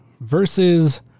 versus